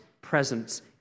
presence